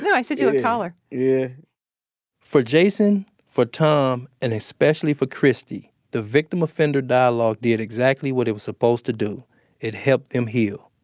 yeah i said you looked ah taller yeah for jason, for tom, and especially for christy, the victim offender dialogue did exactly what it was supposed to do it helped him heal.